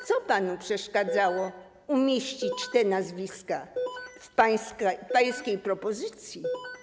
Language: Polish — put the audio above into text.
Co panu przeszkadzało umieścić te nazwiska w pańskiej propozycji?